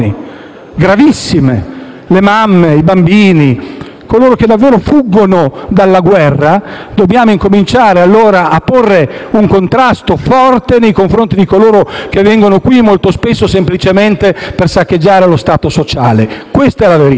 gravissime: le mamme, i bambini, coloro che davvero fuggono dalla guerra - dobbiamo incominciare a porre un contrasto forte nei confronti di coloro che vengono qui molto spesso semplicemente per saccheggiare lo Stato sociale. Questa è la verità.